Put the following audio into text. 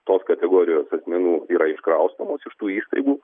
tos kategorijos asmenų yra iškraustomos iš tų įstaigų